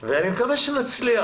אני מקווה שנצליח.